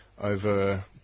over